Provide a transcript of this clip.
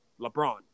lebron